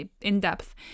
in-depth